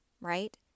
Right